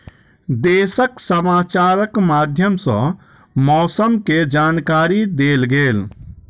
देशक समाचारक माध्यम सॅ मौसम के जानकारी देल गेल